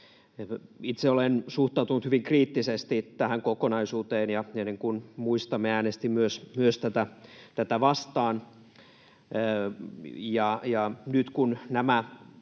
Itse olen suhtautunut hyvin kriittisesti tähän kokonaisuuteen, ja niin kuin muistamme, äänestin myös tätä vastaan. Ja nyt kun nämä